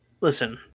listen